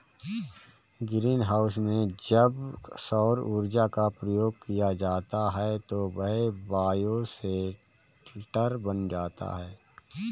green house में जब सौर ऊर्जा का प्रयोग किया जाता है तो वह बायोशेल्टर बन जाता है